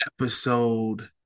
episode